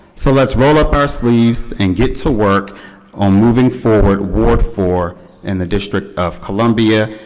so let's roll up our sleeves and get to work on moving forward ward four in the district of columbia.